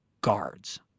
guards